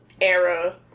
era